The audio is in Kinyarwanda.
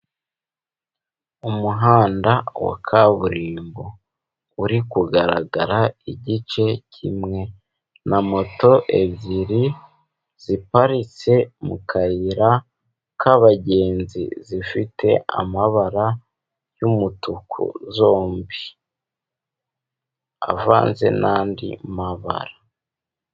Umuhanda wa kaburimbo uri kugaragara igice kimwe, na moto ebyiri ziparitse mu kayira k'abagenzi. Zifite amabara y'umutuku zombi avanze n'andi mabara.